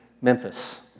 Memphis